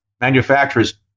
manufacturers